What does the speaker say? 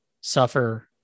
suffer